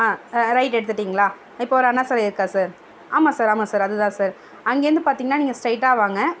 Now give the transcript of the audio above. ஆ right எடுத்துவிட்டிங்ளா இப்போது ஒரு அண்ணா சாலை இருக்கா சார் ஆமாம் சார் ஆமாம் சார் அதுதான் சார் அங்கேருந்து பார்த்திங்னா நீங்கள் ஸ்ட்ரெய்ட்டாக வாங்க